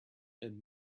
and